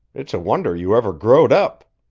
it's a wonder you ever growed up.